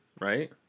right